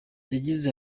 yagize